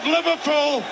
Liverpool